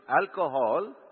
alcohol